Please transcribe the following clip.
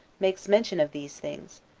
makes mention of these things,